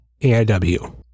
AIW